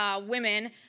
women